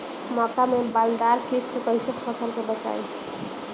मक्का में बालदार कीट से कईसे फसल के बचाई?